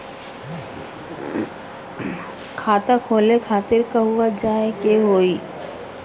खाता खोले खातिर कहवा जाए के होइ?